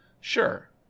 Sure